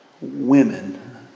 women